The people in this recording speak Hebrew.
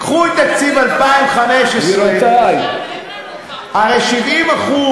קחו את תקציב 2015, הרי 70%,